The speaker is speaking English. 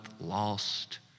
lost